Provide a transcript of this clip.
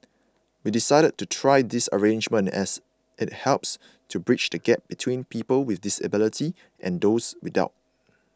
we decided to try this arrangement as it helps to bridge the gap between people with disabilities and those without